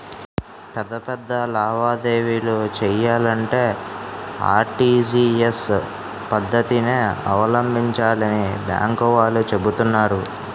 పెద్ద పెద్ద లావాదేవీలు చెయ్యాలంటే ఆర్.టి.జి.ఎస్ పద్దతినే అవలంబించాలని బాంకు వాళ్ళు చెబుతున్నారు